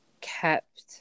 kept